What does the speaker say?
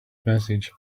message